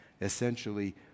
essentially